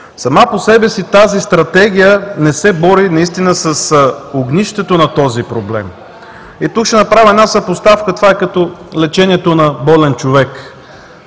Сама по себе си тази Стратегия не се бори наистина с огнището на този проблем. И тук ще направя една съпоставка – това е като лечението на болен човек.